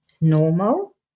Normal